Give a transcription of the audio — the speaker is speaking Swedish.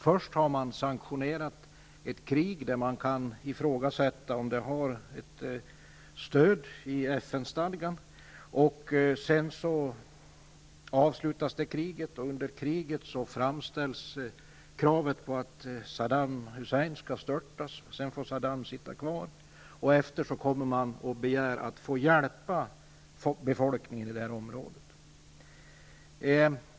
Först har man sanktionerat ett krig där vi kan ifrågasätta om det finns ett stöd i FN-stadgan. Sedan avslutas kriget. Under kriget har det framställts krav på att Saddam Hussein skall störtas, men han får sitta kvar. Efteråt begär man att få hjälpa befolkningen i området.